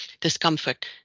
discomfort